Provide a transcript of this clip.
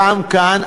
גם כאן.